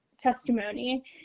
testimony